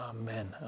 amen